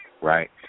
Right